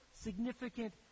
significant